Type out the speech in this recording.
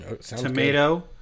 tomato